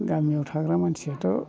गामियाव थाग्रा मानसियाथ'